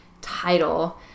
title